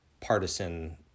partisan